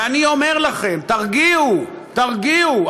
אני אומר לכם: תרגיעו, תרגיעו.